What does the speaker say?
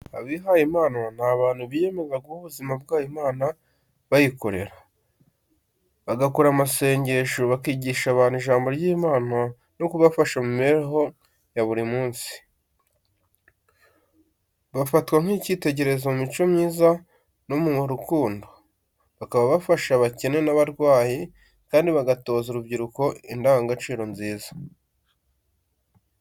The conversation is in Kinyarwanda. Abihayimana ni abantu biyemeza guha ubuzima bwabo Imana bayikorera, bagakora amasengesho, bakigisha abantu ijambo ry’Imana no kubafasha mu mibereho ya buri munsi. Bafatwa nk’icyitegererezo mu mico myiza no mu rukundo, bakaba bafasha abakene n’abarwayi, kandi bagatoza urubyiruko indangagaciro nziza.